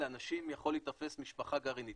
לאנשים יכול להיתפס משפחה גרעינית.